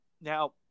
Now